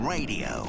Radio